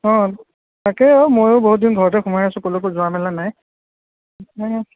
অ' তাকে অ' ময়ো বহুদিন ঘৰতে সোমাই আছো ক'লৈকো যোৱা মেলা নাই